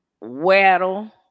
Waddle